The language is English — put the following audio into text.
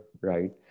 right